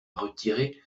retiré